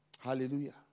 Hallelujah